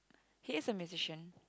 he is a musician